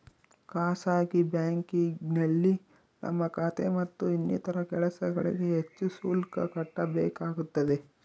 ಖಾಸಗಿ ಬ್ಯಾಂಕಿಂಗ್ನಲ್ಲಿ ನಮ್ಮ ಖಾತೆ ಮತ್ತು ಇನ್ನಿತರ ಕೆಲಸಗಳಿಗೆ ಹೆಚ್ಚು ಶುಲ್ಕ ಕಟ್ಟಬೇಕಾಗುತ್ತದೆ